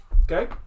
Okay